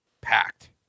packed